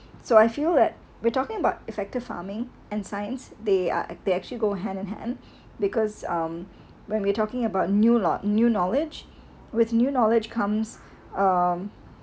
so I feel that we're talking about effective farming and science they are they actually go hand in hand because um when we talking about new lot new knowledge with new knowledge comes um